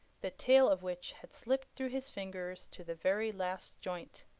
the tail of which had slipped through his fingers to the very last joint,